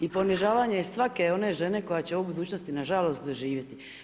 I ponižavanje je svake one žene koja će ovo u budućnosti nažalost doživjeti.